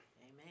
Amen